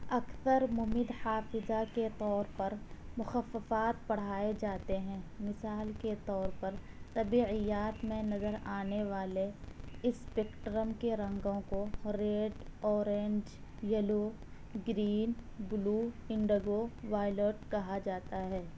اکثر ممد حافظہ کے طور پر مخففات پڑھائے جاتے ہیں مثال کے طور پر طبیعیات میں نظر آنے والے اسپیکٹرم کے رنگوں کو red orange yellow green blue indigo violet کہا جاتا ہے